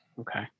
okay